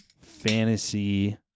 fantasy